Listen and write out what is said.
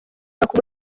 munsi